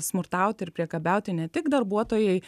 smurtauti ir priekabiauti ne tik darbuotojai